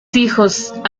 hijos